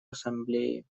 ассамблеи